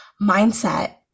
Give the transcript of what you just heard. mindset